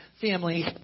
family